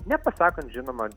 nepasakant žinoma